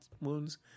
wounds